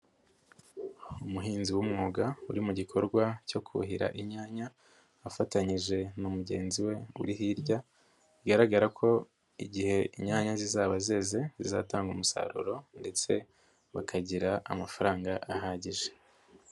Umuhinzi w'umwuga uri mu gikorwa cyo kuhira inyanya afatanyije na mugenzi we uri hirya bigaragara ko igihe inyanya zizaba zeze zizatanga umusaruro ndetse bakagira amafaranga ahagije.